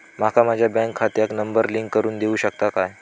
माका माझ्या बँक खात्याक नंबर लिंक करून देऊ शकता काय?